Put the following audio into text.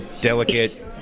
delicate